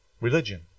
religion